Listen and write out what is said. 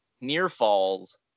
near-falls